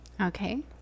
Okay